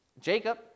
Jacob